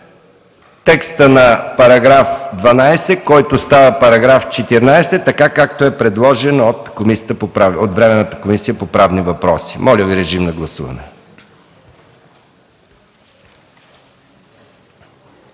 текста на § 12, който става § 14, така както е предложен от Временната комисия по правни въпроси. Моля Ви, режим на гласуване.